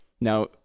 Now